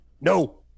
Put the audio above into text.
No